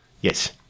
Yes